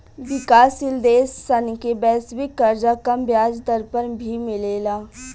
विकाशसील देश सन के वैश्विक कर्जा कम ब्याज दर पर भी मिलेला